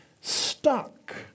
stuck